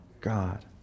God